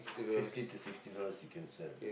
fifty to sixty dollars you can sell